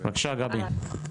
בבקשה, גבי.